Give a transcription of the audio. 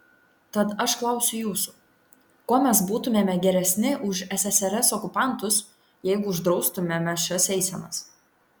tad aš klausiu jūsų kuo mes būtumėme geresni už ssrs okupantus jeigu uždraustumėme šias eisenas